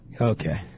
Okay